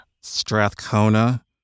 Strathcona